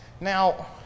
Now